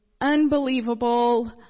unbelievable